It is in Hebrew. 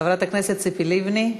חברת הכנסת ציפי לבני.